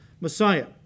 Messiah